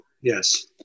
Yes